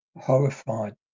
horrified